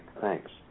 Thanks